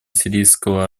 сирийского